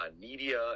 media